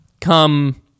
come